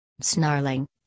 snarling